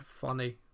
funny